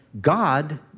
God